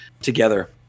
together